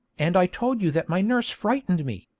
and i told you that my nurse frightened me,